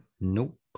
Nope